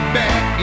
back